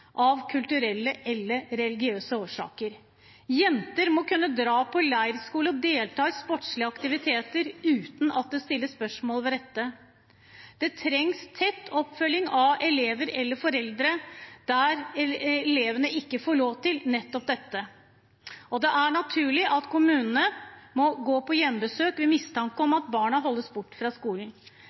av kulturelle eller religiøse årsaker. Jenter må kunne dra på leirskole og delta i sportslige aktiviteter uten at det stilles spørsmål ved dette. Det trengs tett oppfølging av elever eller foreldre der elevene ikke får lov til nettopp dette, og det er naturlig at kommunene må gå på hjemmebesøk ved mistanke om at barna holdes borte fra skolen.